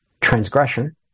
transgression